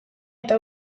eta